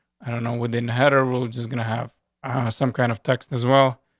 i don't know within header rules is gonna have some kind of text as well,